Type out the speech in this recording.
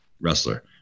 wrestler